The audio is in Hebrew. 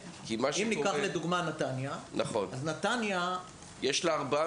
אם ניקח לדוגמה את נתניה --- יש לה ארבעה